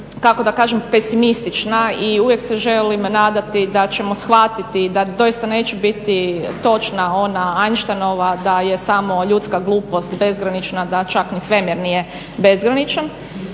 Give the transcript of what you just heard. kako da kažem pesimistična i uvijek se želim nadati da ćemo shvatiti da doista neće biti točna ona Einsteinova da je samo ljudska glupost bezgranična, da čak ni svemir nije bezgraničan.